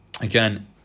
again